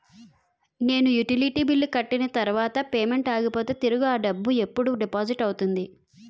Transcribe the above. నేను utility bill కట్టిన తర్వాత పేమెంట్ ఆగిపోతే తిరిగి అ డబ్బు ఎప్పుడు డిపాజిట్ అవుతుంది?